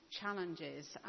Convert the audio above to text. challenges